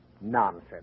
Nonsense